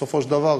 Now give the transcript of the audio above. בסופו של דבר,